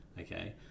Okay